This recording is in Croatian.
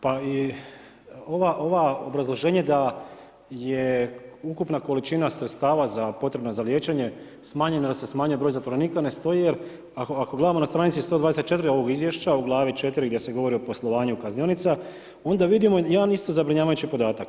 Pa i ova obrazloženje da je ukupna količina sredstava potrebna za liječenje smanjena da se smanji broj zatvorenika, ne stoji, jer ako gledamo na str. 124 ovog izvješća u glavi 4 gdje se govori o poslovanju kaznionica, onda vidimo jedan isto zabrinjavajući podatak.